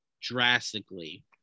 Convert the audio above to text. drastically